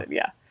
yeah,